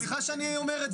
סליחה שאני אומר את זה.